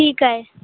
ठीकु आहे